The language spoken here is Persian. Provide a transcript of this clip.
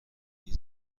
این